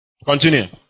Continue